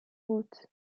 août